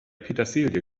petersilie